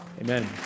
Amen